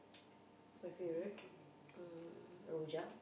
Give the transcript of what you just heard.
my favourite um rojak